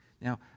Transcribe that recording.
Now